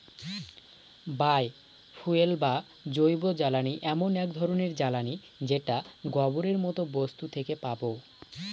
বায় fuel বা জৈবজ্বালানী এমন এক ধরনের জ্বালানী যেটা গোবরের মতো বস্তু থেকে পাবো